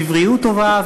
בבריאות טובה.